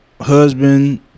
husband